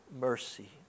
mercy